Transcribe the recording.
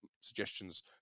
suggestions